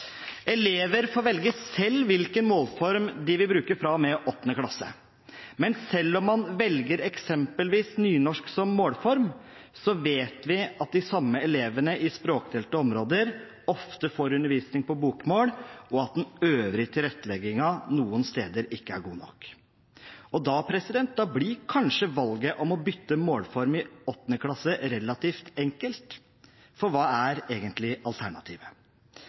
Elever får velge selv hvilken målform de vil bruke fra og med 8. klasse, men selv om man velger eksempelvis nynorsk som målform, vet vi at de samme elevene i språkdelte områder ofte får undervisning på bokmål, og at den øvrige tilretteleggingen noen steder ikke er god nok. Og da blir kanskje valget om å bytte målform i 8. klasse relativt enkelt, for hva er egentlig alternativet?